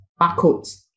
barcodes